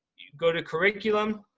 go to curriculum.